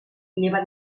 lleva